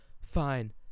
fine